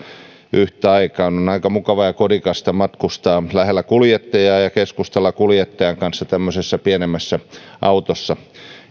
yhtä aikaa on aika mukavaa ja kodikasta matkustaa lähellä kuljettajaa ja keskustella kuljettajan kanssa tämmöisessä pienemmässä autossa